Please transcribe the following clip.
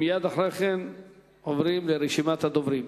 מייד אחרי כן עוברים לרשימת הדוברים.